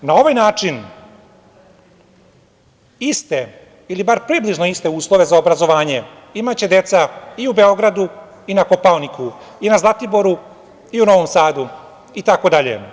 Na ovaj način iste ili bar približno iste uslove za obrazovanje imaće deca i u Beogradu i na Kopaoniku i na Zlatiboru i u Novom Sadu itd.